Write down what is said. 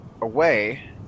away